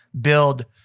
build